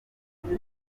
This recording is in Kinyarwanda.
ugiye